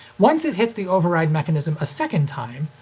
once it hits the override mechanism a second time,